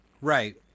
Right